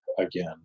again